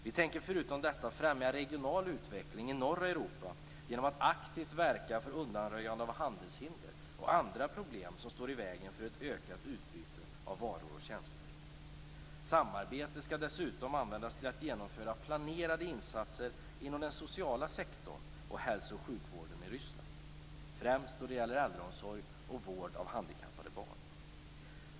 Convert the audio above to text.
Vi tänker förutom detta främja regional utveckling i norra Europa genom att aktivt verka för undanröjande av handelshinder och andra problem som står i vägen för ett ökat utbyte av varor och tjänster. Samarbete skall dessutom användas till att genomföra planerade insatser inom den sociala sektorn och hälso och sjukvården i Ryssland, främst då det gäller äldreomsorg och vård av handikappade barn.